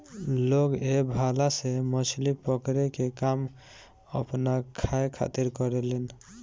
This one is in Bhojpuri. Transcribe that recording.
लोग ए भाला से मछली पकड़े के काम आपना खाए खातिर करेलेन